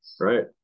right